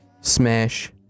smash